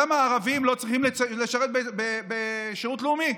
למה הערבים לא צריכים לשרת בשירות לאומי?